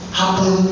happen